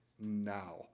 now